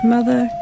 Mother